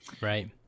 Right